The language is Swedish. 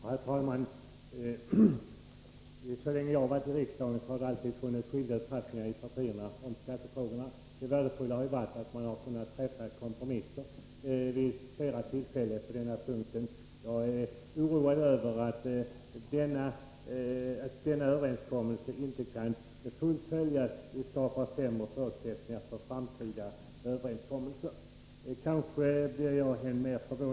Herr talman! Så länge jag har suttit i riksdagen har det alltid funnits skilda uppfattningar mellan partierna i skattefrågor. Det värdefulla har dock varit att man har kunnat komma fram till kompromisser, vilket har skett vid flera tillfällen. Jag är emellertid oroad över att den nu aktuella överenskommelsen inte kan komma att fullföljas, eftersom det skulle skapa sämre förutsättningar för framtida överenskommelser.